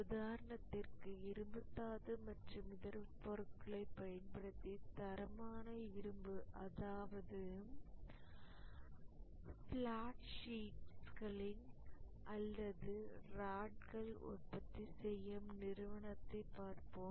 உதாரணத்திற்கு இரும்புத் தாது மற்றும் இதர பொருட்களை பயன்படுத்தி தரமான இரும்பு அதாவது ஃப்லாட் ஷீட்கள் அல்லது ராட்கள் உற்பத்தி செய்யும் நிறுவனத்தைப் பார்ப்போம்